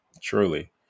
Truly